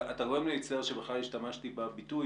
אתה גורם לי להצטער שבכלל השתמשתי בביטוי